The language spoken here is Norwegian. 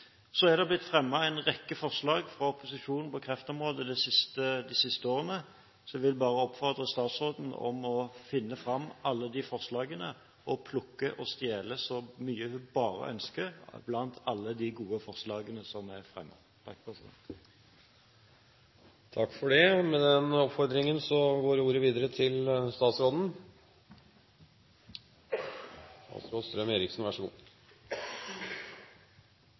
Så er det blitt fremmet en rekke forslag fra opposisjonen på kreftområdet de siste årene. Jeg vil bare oppfordre statsråden om å finne fram alle disse forslagene og plukke og stjele så mye hun bare ønsker blant alle de gode forslagene som er fremmet. Takk for det. Med den oppfordringen går ordet videre til statsråden. Det er ikke ofte man blir oppfordret fra Stortingets talerstol til å stjele så